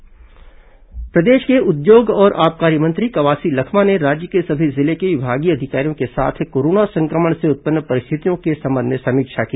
Lakhma corona समीक्षा प्रदेश के उद्योग और आबकारी मंत्री कवासी लखमा ने राज्य के सभी जिले के विभागीय अधिकारियों के साथ कोरोना संक्रमण से उत्पन्न परिस्थितियों के संबंध में समीक्षा की